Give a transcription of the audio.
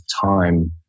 time